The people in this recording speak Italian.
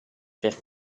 per